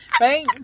Right